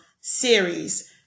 series